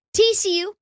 TCU